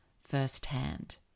firsthand